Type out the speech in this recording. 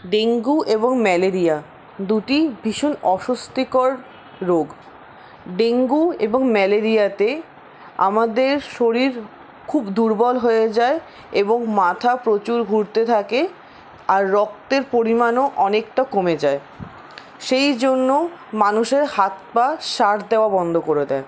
dengue এবং malaria দুটিই ভীষণ অস্বস্তিকর রোগ ডেঙ্গু এবং ম্যালেরিয়াতে আমাদের শরীর খুব দুর্বল হয়ে যায় এবং মাথা প্রচুর ঘুরতে থাকে আর রক্তের পরিমাণও অনেকটা কমে যায় সেই জন্যও মানুষের হাত পা সার দেওয়া বন্ধ করে দেয়